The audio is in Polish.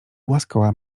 głaskała